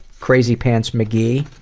crazypants mcgee.